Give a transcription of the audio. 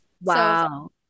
wow